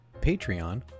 Patreon